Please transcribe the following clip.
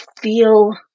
feel